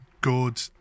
good